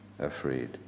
afraid